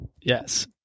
Yes